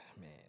Man